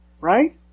Right